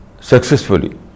successfully